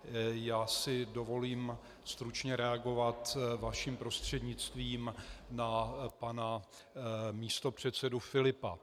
Já si dovolím stručně reagovat vaším prostřednictvím na pana místopředsedu Filipa.